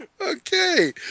Okay